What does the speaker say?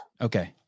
okay